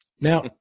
Now